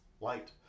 Light